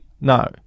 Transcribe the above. No